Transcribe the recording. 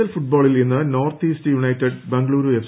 L ഫുട്ബോളിൽ ഇന്ന് north east united Bengaluru F